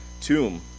tomb